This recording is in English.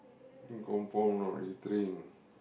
ni confirm got retrain